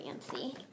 fancy